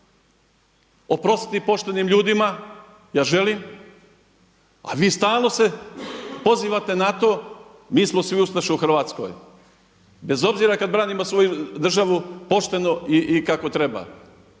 Oprostiti poštenim ljudima, ja želim a vi stalno se pozivate na to mi smo svi ustaše u Hrvatskoj. Bez obzira kada branimo svoju državu pošteno i kako treba.